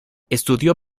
estudió